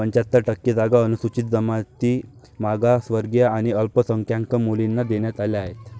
पंच्याहत्तर टक्के जागा अनुसूचित जाती, जमाती, मागासवर्गीय आणि अल्पसंख्याक मुलींना देण्यात आल्या आहेत